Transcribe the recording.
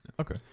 Okay